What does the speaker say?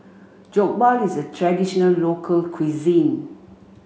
Jokbal is a traditional local cuisine